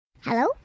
Hello